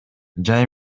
жай